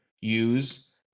use